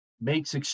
makes